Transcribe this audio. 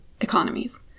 economies